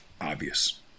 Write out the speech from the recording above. obvious